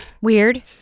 Weird